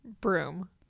Broom